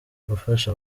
gufasha